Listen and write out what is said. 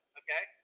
okay